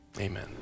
amen